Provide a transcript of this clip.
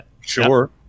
Sure